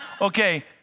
Okay